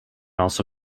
also